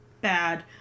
bad